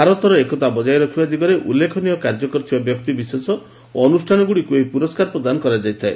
ଭାରତରେ ଏକତା ବଜାୟ ରଖିବା ଦିଗରେ ଉଲ୍ଲେଖନୀୟ କାର୍ଯ୍ୟ କରିଥିବା ବ୍ୟକ୍ତିବିଶେଷ ଓ ଅନୁଷ୍ଠାନଗୁଡ଼ିକୁ ଏହି ପୁରସ୍କାର ପ୍ରଦାନ କରାଯାଇଥାଏ